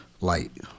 light